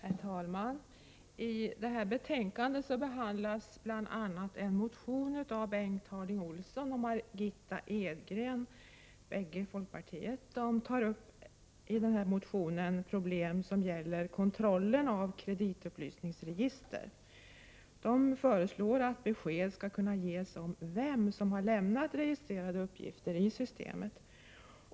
Herr talman! I detta betänkande behandlas bl.a. en motion av Bengt Harding Olson och Margitta Edgren, bägge folkpartister. De tar i denna motion upp problem som gäller kontrollen av kreditupplysningsregister. De föreslår att besked skall kunna ges om vem som har lämnat registrerade uppgifter i systemet.